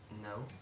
No